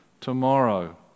tomorrow